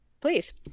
Please